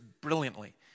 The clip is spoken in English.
brilliantly